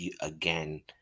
again